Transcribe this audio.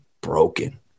broken